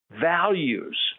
Values